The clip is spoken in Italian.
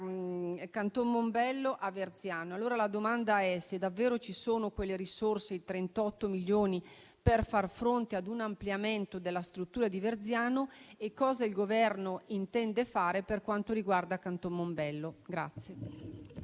Canton Mombello a Verziano. Allora, la domanda è se davvero ci sono quelle risorse, quei 38 milioni, per far fronte ad un ampliamento della struttura di Verziano, e cosa il Governo intenda fare per quanto riguarda Canton Mombello.